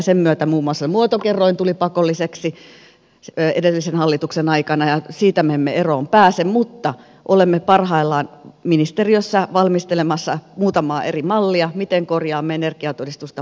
sen myötä muun muassa muotokerroin tuli pakolliseksi edellisen hallituksen aikana ja siitä me emme eroon pääse mutta olemme parhaillaan ministeriössä valmistelemassa muutamaa eri mallia miten korjaamme energiatodistusta paremmaksi